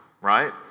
right